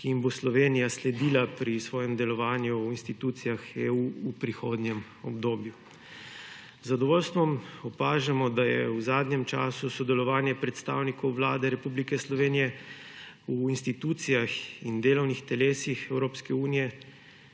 ki jim bo Slovenija sledila pri svojem delovanju v institucijah EU v prihodnjem obdobju. Z zadovoljstvom opažamo, da je v zadnjem času sodelovanje predstavnikov Vlade Republike Slovenije v institucijah in delovnih telesih